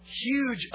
Huge